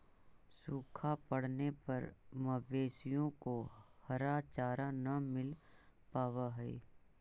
सूखा पड़ने पर मवेशियों को हरा चारा न मिल पावा हई